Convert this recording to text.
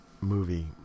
movie